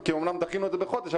כי אמנם דחינו את זה בחודש,